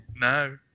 No